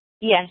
Yes